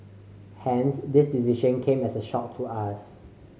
hence this decision came as a shock to us